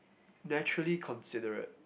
naturally considerate